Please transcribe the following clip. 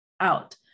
out